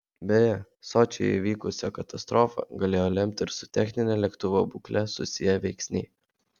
beje sočyje įvykusią katastrofą galėjo lemti ir su technine lėktuvo būkle susiję veiksniai